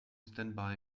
standby